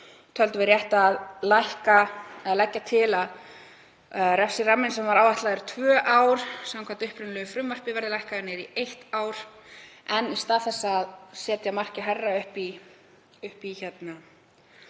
töldum við rétt að leggja til að refsiramminn, sem var áætlaður tvö ár samkvæmt upprunalegu frumvarpi, verði lækkaður niður í eitt ár. En í stað þess að setja markið hærra upp í